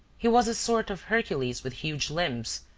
he was a sort of hercules with huge limbs,